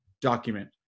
document